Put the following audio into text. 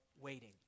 waiting